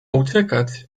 uciekać